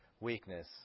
weakness